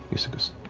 yussa goes,